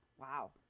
Wow